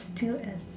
still at